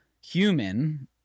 human